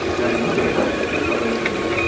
సిప్లడిన్ పేరు తీసుకో పెయిన్కిల్లర్